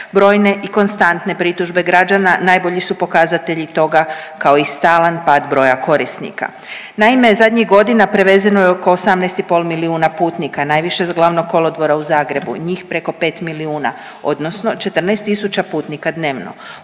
Brojne i konstantne pritužbe građana najbolji su pokazatelji toga kao i stalan pad broja korisnika. Naime, zadnjih godina prevezeno je oko 18,5 milijuna putnika, najviše s Glavnog kolodvora u Zagrebu, njih preko pet milijuna odnosno 14 tisuća putnika dnevno.